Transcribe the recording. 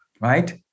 right